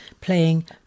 playing